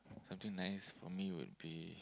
something nice for me would be